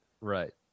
Right